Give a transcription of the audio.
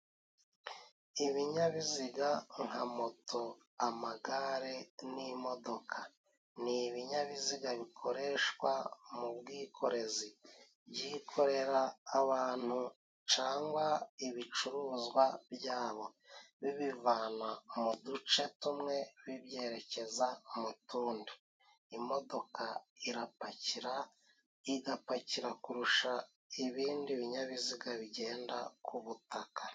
Ibinyabiziga nka moto amagare n'imodoka n' ibinyabiziga bikoreshwa mu bwikorezi byikorera abantu cangwa ibicuruzwa byabo bibivana mu duce tumwe bibyerekeza mu tundi imodoka irapakira igapakira kurusha ibindi binyabiziga bigenda ku butaka.